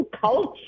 culture